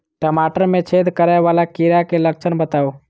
टमाटर मे छेद करै वला कीड़ा केँ लक्षण बताउ?